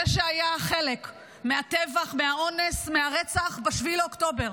זה שהיה חלק מהטבח, מהאונס, מהרצח ב-7 לאוקטובר,